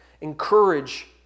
encourage